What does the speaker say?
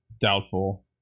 Doubtful